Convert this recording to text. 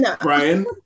Brian